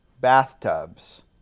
bathtubs